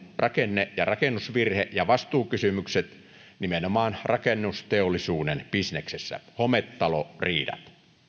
rakenne ja rakennusvirhe ja vastuukysymykset nimenomaan rakennusteollisuuden bisneksessä hometaloriidat